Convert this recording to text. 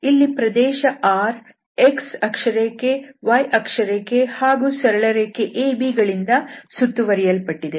ಇಲ್ಲಿ ಪ್ರದೇಶ R x ಅಕ್ಷರೇಖೆ y ಅಕ್ಷರೇಖೆ ಹಾಗೂ ಸರಳರೇಖೆ AB ಗಳಿಂದ ಸುತ್ತುವರಿಯಲ್ಪಟ್ಟಿದೆ